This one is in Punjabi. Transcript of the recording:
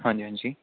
ਹਾਂਜੀ ਹਾਂਜੀ